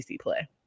play